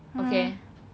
okay